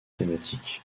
thématiques